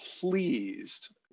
pleased